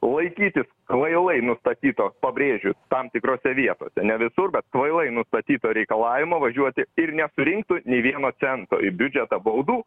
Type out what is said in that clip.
laikytis kvailai nustatyto pabrėžiu tam tikrose vietose ne visur bet kvailai nustatyto reikalavimo važiuoti ir nesurinktų nė vieno cento į biudžetą baudų